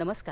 नमस्कार